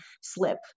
slip